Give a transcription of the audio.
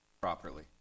properly